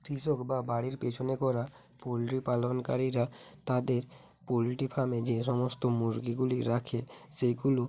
কৃষক বা বাড়ির পেছনে করা পোলট্রি পালনকারীরা তাদের পোলট্রি ফার্মে যে সমস্ত মুরগিগুলি রাখে সেইগুলো